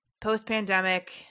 post-pandemic